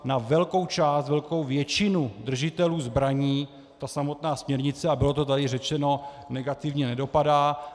Na velkou část, na velkou většinu držitelů zbraní ta samotná směrnice, a bylo to tady řečeno, negativně nedopadá.